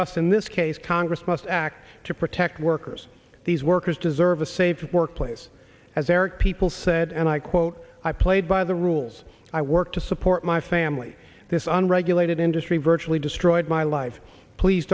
thus in this case congress must act to protect workers these workers deserve a safe workplace as eric people said and i quote i played by the rules i work to support my family this unregulated industry virtually destroyed my life please